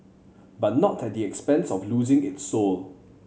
but not at the expense of losing its soul